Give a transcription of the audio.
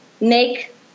make